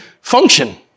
function